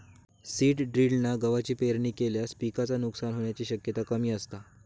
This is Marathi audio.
सीड ड्रिलना गवाची पेरणी केल्यास पिकाचा नुकसान होण्याची शक्यता कमी असता